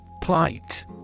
Plight